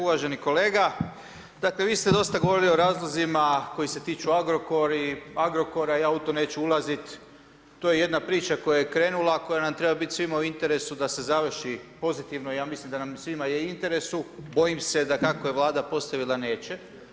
Uvaženi kolega, dakle vi ste dosta govorili o razlozima koji se tiču Agrokora, ja u to neću ulazit, to je jedna priča koja je krenula, koja nam treba bit svima u interesu da se završi pozitivno, ja mislim da nam svima je u interesu, bojim se da kako je Vlada postavila, neće.